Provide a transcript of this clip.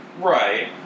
Right